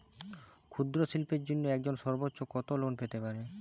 ক্ষুদ্রশিল্পের জন্য একজন সর্বোচ্চ কত লোন পেতে পারে?